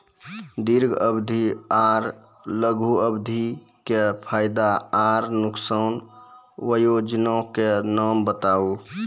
दीर्घ अवधि आर लघु अवधि के फायदा आर नुकसान? वयोजना के नाम बताऊ?